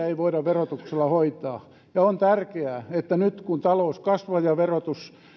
ei voida verotuksella hoitaa on tärkeää että nyt kun talous kasvaa ja